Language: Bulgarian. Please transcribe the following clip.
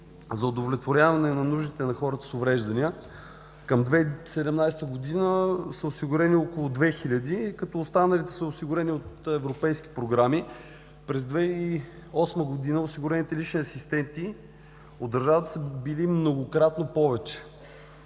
за удовлетворяване на нуждите на хората с увреждания? Към 2017 г. са осигурени около 2 хиляди, като останалите са осигурени от Европейски програми. През 2008 г. осигурените лични асистенти от държавата са били многократно повече,